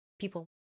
People